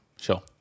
Sure